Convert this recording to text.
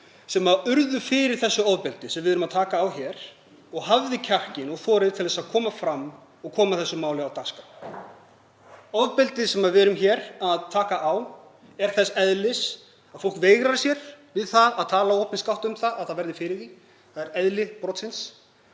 sem urðu fyrir því ofbeldi sem við erum að taka á hér og höfðu kjark og þor til að koma fram og koma þessu máli á dagskrá. Ofbeldið sem við erum hér að taka á er þess eðlis að fólk veigrar sér við að tala opinskátt um að það verði fyrir því, það er eðli brotsins.